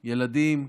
ילדים,